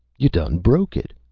you done broke it.